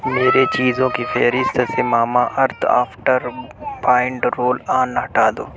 میرے چیزوں کی فہرست سے Mamaearth after bind roll on ہٹا دو